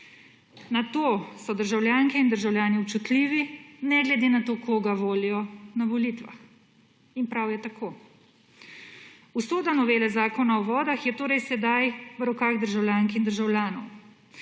Na to so državljanke in državljani občutljivi, ne glede na to, koga volijo na volitvah. In prav je tako. Usoda novele Zakona o vodah je torej sedaj v rokah državljank in državljanov.